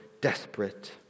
desperate